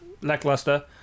Lackluster